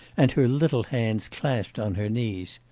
and her little hands clasped on her knees.